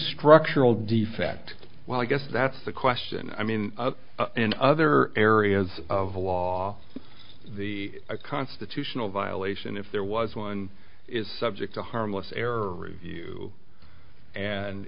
structural defect well i guess that's the question i mean in other areas of law the constitutional violation if there was one is subject to harmless error review and